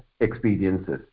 experiences